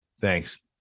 Thanks